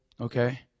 okay